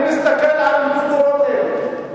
אני מסתכל על דודו רותם.